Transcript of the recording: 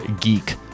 geek